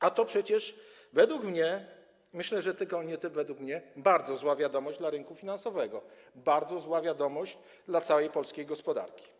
A to przecież, według mnie, myślę, że nie tylko według mnie, bardzo zła wiadomość dla rynku finansowego, bardzo zła wiadomość dla całej polskiej gospodarki.